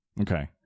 Okay